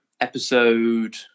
Episode